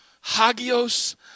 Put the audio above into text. Hagios